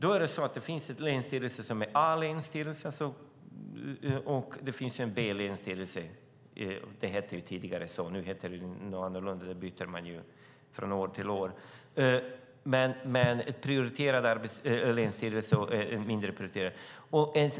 Då är det så att det finns en länsstyrelse som är en A-länsstyrelse och det finns en B-länsstyrelse. Det hette så tidigare. Nu heter det något annat. Nu byter man ju från år till år, men det är fråga om en prioriterad länsstyrelse och en mindre prioriterad länsstyrelse.